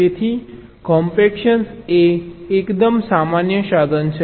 તેથી કોમ્પેક્શન એ એકદમ સામાન્ય સાધન છે